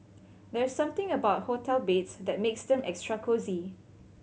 there's something about hotel beds that makes them extra cosy